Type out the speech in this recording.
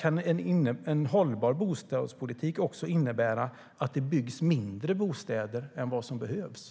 Men kan en hållbar bostadspolitik innebära att det också byggs mindre bostäder än vad som behövs?